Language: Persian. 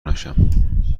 نشم